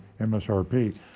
MSRP